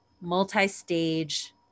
multi-stage